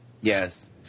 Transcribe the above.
Yes